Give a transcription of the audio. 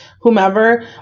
whomever